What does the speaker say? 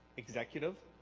executive